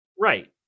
Right